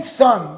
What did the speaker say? son